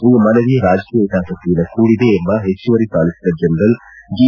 ಈ ಮನವಿ ರಾಜಕೀಯ ಹಿತಾಸಕ್ತಿಯಿಂದ ಕೂಡಿದೆ ಎಂಬ ಹೆಚ್ಚುವರಿ ಸಾಲಿಸಿಟರ್ ಜನರಲ್ ಜಿ